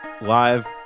live